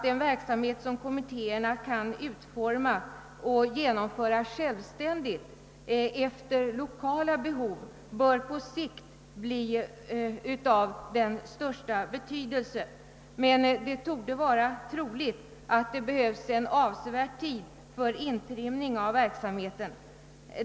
Den verksamhet som kommittéerna självständigt kan genomföra med hänsyn till lokala behov bör på sikt bli av den största betydelse, men det är troligt att det behövs. en avsevärd tid för intrimning av arbetet.